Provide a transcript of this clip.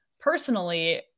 Personally